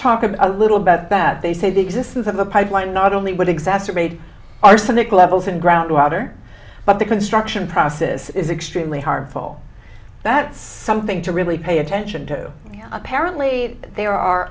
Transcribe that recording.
talk a little bit bad they say the existence of a pipeline not only would exacerbate arsenic levels in groundwater but the construction process is extremely harmful that's something to really pay attention to apparently there are ar